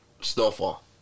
Snowfall